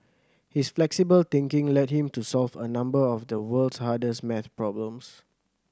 his flexible thinking led him to solve a number of the world's hardest maths problems